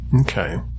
Okay